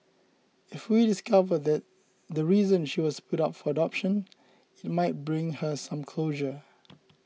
if we discover the the reason she was put up for adoption it might bring her some closure